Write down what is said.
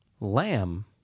Lamb